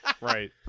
Right